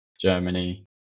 Germany